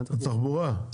התחבורה?